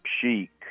chic